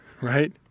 right